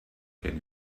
can